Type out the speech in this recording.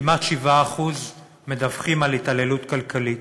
כמעט 7% מדווחים על התעללות כלכלית.